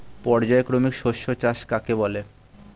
পর্যায়ক্রমিক শস্য চাষ কাকে বলে?